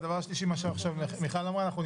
הדבר השלישי, מה שאמרה עכשיו חברת הכנסת רוזין